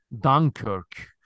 Dunkirk